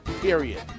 period